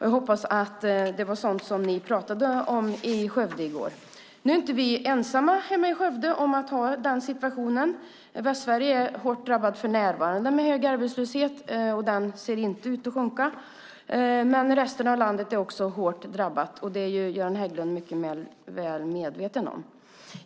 Jag hoppas att det var sådant som ni pratade om i Skövde i går. Nu är vi inte ensamma hemma i Skövde om att ha den situationen. Västsverige är hårt drabbat för närvarande av hög arbetslöshet, och den ser inte ut att sjunka. Också resten av landet är hårt drabbat, och det är Göran Hägglund mycket väl medveten om.